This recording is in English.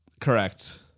Correct